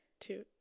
two